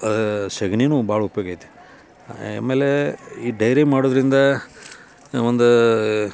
ಸಗ್ಣಿನೂ ಭಾಳ ಉಪ್ಯೋಗ ಐತೆ ಆಮೇಲೆ ಈ ಡೈರಿ ಮಾಡುವುದ್ರಿಂದ ಒಂದು